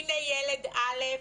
הנה ילד א',